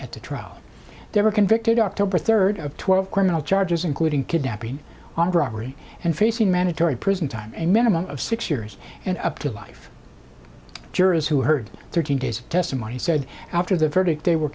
at the trial they were convicted october third of twelve criminal charges including kidnapping armed robbery and facing mandatory prison time a minimum of six years and up to life jurors who heard thirty days testimony said after the verdict they were